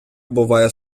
буває